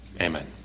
Amen